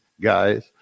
guys